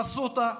פסוטה,